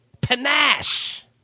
panache